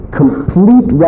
complete